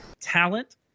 talent